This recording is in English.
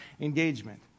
engagement